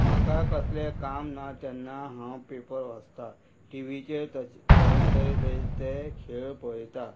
म्हाका कसलें काम ना तेन्ना हांव पेपर वाचतां टिवीचेर तशें तरेतरे तरे ते खेळ पळयता